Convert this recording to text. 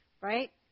right